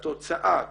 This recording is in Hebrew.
והתוצאה כיום,